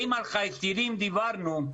ואם על חייזרים דיברנו,